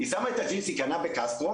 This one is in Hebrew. היא שמה את הג'ינס שהיא קנתה בקסטרו,